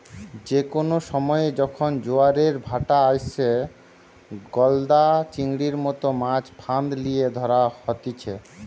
যে কোনো সময়ে যখন জোয়ারের ভাঁটা আইসে, গলদা চিংড়ির মতো মাছ ফাঁদ লিয়ে ধরা হতিছে